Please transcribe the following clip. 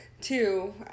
Two